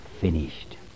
finished